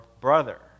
brother